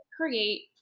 create